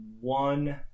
one